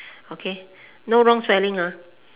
okay no wrong spelling